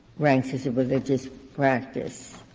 ranks as a religious practice.